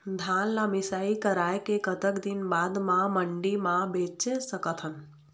धान ला मिसाई कराए के कतक दिन बाद मा मंडी मा बेच सकथन?